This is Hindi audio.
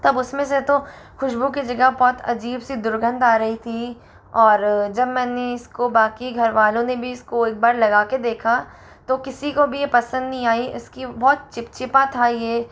तब उसमें से तो खुशबू के जगह बहुत अजीब सी दुर्गंध आ रही थी और जब मैंने इसको बाकी घर वालों ने इसको एक बार लगा के देखा तो किसी को भी ये पसंद नहीं आई इसकी बहुत चिपचिपा था ये